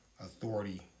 authority